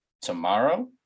tomorrow